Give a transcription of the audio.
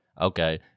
Okay